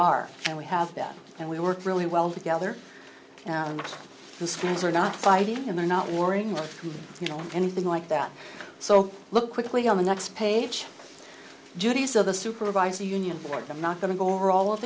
are and we have them and we work really well together and the screens are not fighting and they're not worrying about you know anything like that so look quickly on the next page judy so the supervisor union or i'm not going to go over all of